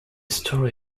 story